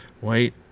White